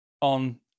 on